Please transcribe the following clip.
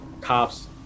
cops